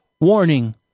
warning